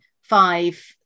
five